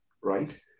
right